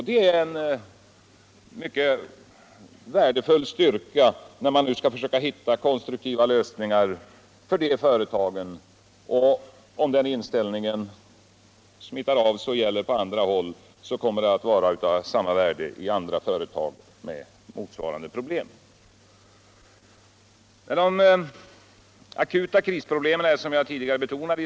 Det är en värdefull styrka när man nu skall försöka hitta konstruktiva lösningar. Om den inställningen smittar av sig på andra håll kommer det att ha samma värde i andra företag med motsvarande problem. De akuta krisproblemen är, som jag tidigare har betonat.